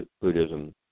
Buddhism